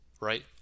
right